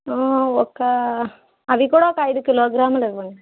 ఒక అవి కూడా ఒక అయిదు కిలోగ్రాములు ఇవ్వండి